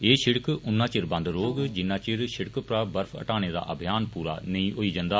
एह शिड़क उन्नाचिर बंद रौहग जिन्नाचिर शिड़क परा बर्फ हटाने दा अभियान पूरा नेई हाई जंदा